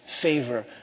favor